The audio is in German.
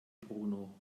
bruno